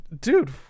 Dude